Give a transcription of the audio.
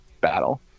battle